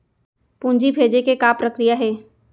पूंजी भेजे के का प्रक्रिया हे?